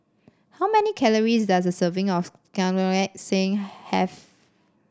how many calories does a serving of have